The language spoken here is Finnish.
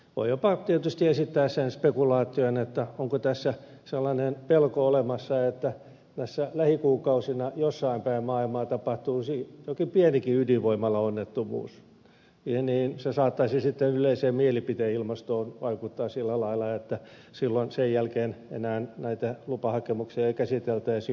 voi jopa tietysti esittää sen spekulaation että onko tässä sellainen pelko olemassa että tässä lähikuukausina jossain päin maailmaa tapahtuisi jokin pienikin ydinvoimalaonnettomuus joka saattaisi sitten yleiseen mielipideilmastoon vaikuttaa sillä lailla että silloin sen jälkeen enää näitä lupahakemuksia ei käsiteltäisi yhtä myönteisesti